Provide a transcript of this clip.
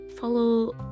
follow